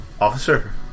Officer